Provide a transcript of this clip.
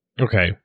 Okay